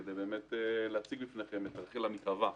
כדי להציג בפניכם את רח"ל המתהווה.